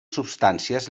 substàncies